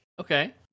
Okay